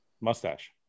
Mustache